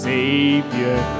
Savior